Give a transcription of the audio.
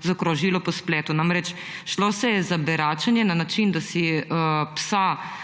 zaokrožilo po spletu. Namreč šlo je na beračenje na način, da si psa